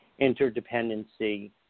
interdependency